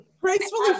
Gracefully